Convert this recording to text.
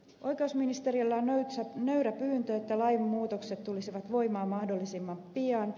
oikeusministeriöllä on nöyrä pyyntö että lain muutokset tulisivat voimaan mahdollisimman pian